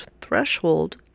threshold